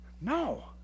No